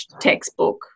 textbook